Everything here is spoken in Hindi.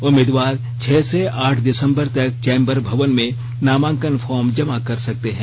उम्मीदवार छह से आठ दिसंबर तक चैम्बर भवन में नामांकन फॉर्म जमा कर सकते हैं